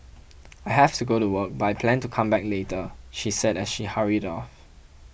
I have to go to work but I plan to come back later she said as she hurried off